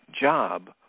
job